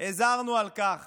הזהרנו על כך